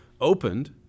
opened